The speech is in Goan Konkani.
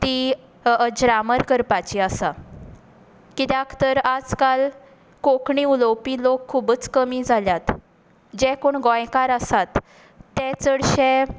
ती अज्रामर करपाची आसा कित्याक तर आयज काल कोंकणी उलोवपी लोक खुबूच कमी जाल्यात जे कोण गोंयकार आसात ते चडशे